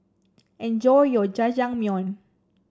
enjoy your Jajangmyeon